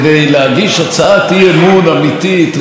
על איזה עניין גדול שהממשלה לשיטתכם